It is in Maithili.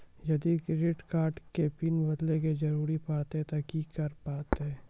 यदि क्रेडिट कार्ड के पिन बदले के जरूरी परतै ते की करे परतै?